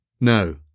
no